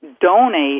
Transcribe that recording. donate